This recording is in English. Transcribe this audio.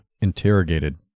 interrogated